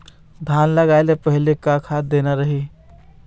धान लगाय के पहली का खाद देना रही?